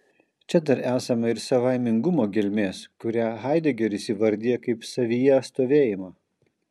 čia dar esama ir savaimingumo gelmės kurią haidegeris įvardija kaip savyje stovėjimą